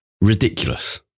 ridiculous